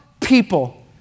people